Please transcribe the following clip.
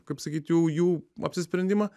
kaip sakyt jau jų apsisprendimą